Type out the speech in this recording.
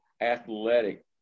athletic